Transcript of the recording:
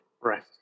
Right